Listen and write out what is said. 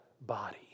body